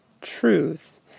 truth